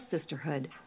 Sisterhood